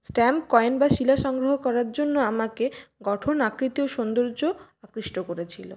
stamp coin বা শিলা সংগ্রহ করার জন্য আমাকে গঠন আকৃতি ও সৌন্দর্য আকৃষ্ট করে